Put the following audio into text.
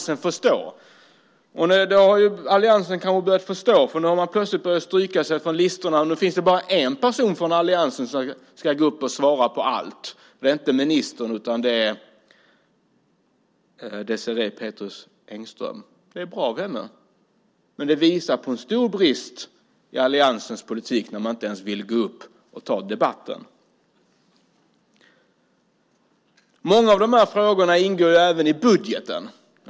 Men här i debatten har alliansen börjat förstå. Plötsligt har man börjat stryka sig på talarlistan, så nu finns det bara en person från alliansen som ska gå upp och svara på alla frågor. Det är inte ministern, utan det är Désirée Pethrus Engström. Det är bra gjort av henne. Men det visar på en stor brist i alliansens politik när man inte ens vill gå upp och ta debatten. Många av frågorna ingår även i budgeten.